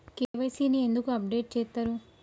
KYC ని ఎందుకు update చేత్తరు?